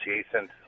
adjacent